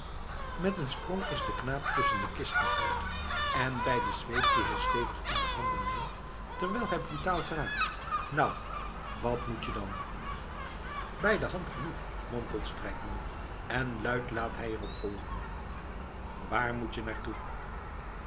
met een sprong is de knaap tusschen de kisten uit en bij de zweep die hij stevig in de handen neemt terwijl hij brutaal vraagt nou wat moet je dan bijdehand genoeg mompelt strijkman en luid laat hij er op volgen waar moet je naar